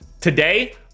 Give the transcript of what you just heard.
today